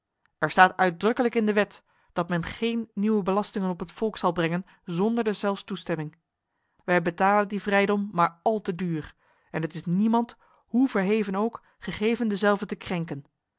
er staat uitdrukkelijk in de wet dat men geen nieuwe belastingen op het volk zal brengen zonder deszelfs toestemming wij betalen die vrijdom maar al te duur en het is niemand hoe verheven ook gegeven dezelve te krenken